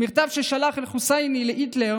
במכתב ששלח אל-חוסייני להיטלר